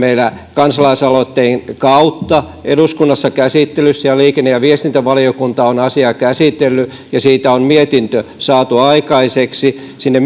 kansalaisaloitteen kautta meillä täällä eduskunnassa käsittelyssä liikenne ja viestintävaliokunta on asiaa käsitellyt ja siitä on mietintö saatu aikaiseksi sinne